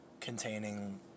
containing